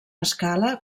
escala